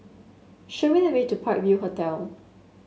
show me the way to Park View Hotel